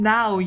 Now